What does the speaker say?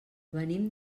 venim